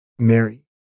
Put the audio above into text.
Mary